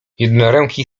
jednoręki